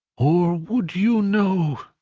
or would you know,